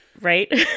right